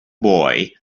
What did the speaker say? boy